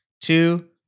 two